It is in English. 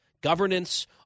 governance